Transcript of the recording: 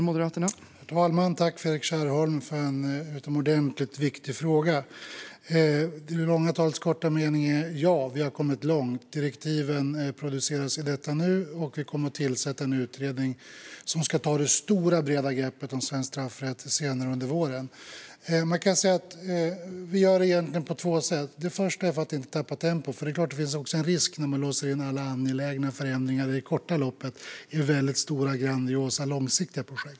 Herr talman! Jag tackar Fredrik Kärrholm för en utomordentligt viktig fråga. Det långa talets korta mening är: Ja, vi har kommit långt. Direktiven produceras i detta nu, och vi kommer att tillsätta en utredning som ska ta det stora, breda greppet om svensk straffrätt senare under våren. Vi gör egentligen på två sätt. Det första är för att inte tappa tempo. Det finns ju en risk när man låser in alla angelägna förändringar i det korta loppet i stora och grandiosa långsiktiga projekt.